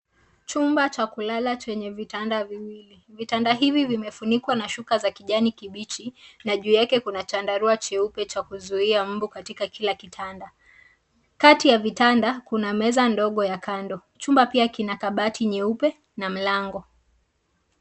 Chumba cha kulala chenye vitanda viwili. Vitanda hivi vimefunikwa na shuka za kijani kibichi na juu yake kuna chandarua cheupe cha kuzuia mbu katika kila kitanda. Kati ya vitanda kuna meza ndogo ya kando, chumba pia kina kabati nyeupe na mlango.